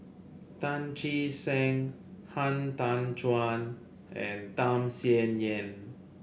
Tan Che Sang Han Tan Juan and Tham Sien Yen